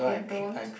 then don't